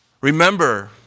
Remember